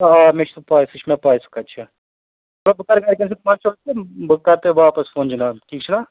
اچھا آ مےٚ چھِ سُہ پاے سُہ چھِ مےٚ پاے سُہ کَتہِ چھُ نہ بہٕ کرٕ گرِکٮ۪ن سۭتۍ مشور تہٕ بہٕ کرٕ تۄہہ واپس فون جناب ٹھیک چھُ نہ